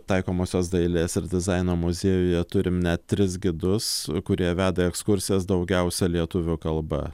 taikomosios dailės ir dizaino muziejuje turim net tris gidus kurie veda ekskursijas daugiausia lietuvių kalba